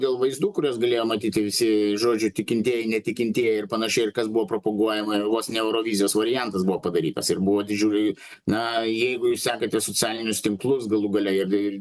dėl vaizdų kuriuos galėjo matyti visi žodžiu tikintieji netikintieji ir panašiai ir kas buvo propaguojama ir vos ne eurovizijos variantas buvo padarytas ir buvo didžiuliai na jeigu jūs sekate socialinius tinklus galų gale ir ir